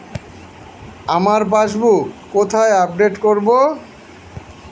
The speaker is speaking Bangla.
আমার পাসবুক কোথায় আপডেট করব?